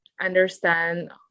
understand